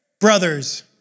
brothers